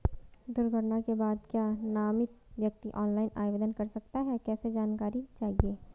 दुर्घटना के बाद क्या नामित व्यक्ति ऑनलाइन आवेदन कर सकता है कैसे जानकारी चाहिए?